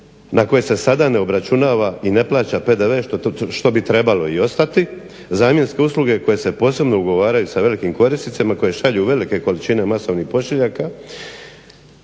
na koje se sada ne obračunava i ne plaća PDV što bi trebalo i ostati, zamjenske usluge koje se posebno ugovaraju sa velikim korisnicima koji šalju velike količine masovnih pošiljaka